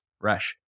fresh